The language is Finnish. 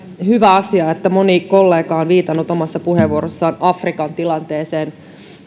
hyvä asia että moni kollega on viitannut omassa puheenvuorossaan afrikan tilanteeseen